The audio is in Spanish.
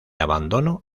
abandono